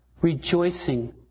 rejoicing